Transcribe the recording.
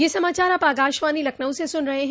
ब्रे क यह समाचार आप आकाशवाणी लखनऊ से सुन रहे हैं